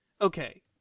okay